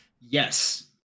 Yes